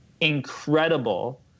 incredible